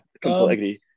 completely